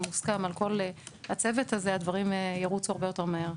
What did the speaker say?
שמוסכם על כל הצוות הזה הדברים ירוצו הרבה יותר מהר.